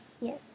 Yes